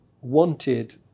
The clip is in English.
wanted